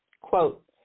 Quote